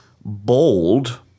bold